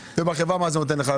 ובחברה מה זה נותן לך?